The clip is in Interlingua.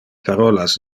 parolas